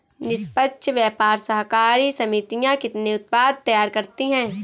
निष्पक्ष व्यापार सहकारी समितियां कितने उत्पाद तैयार करती हैं?